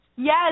Yes